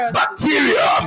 bacteria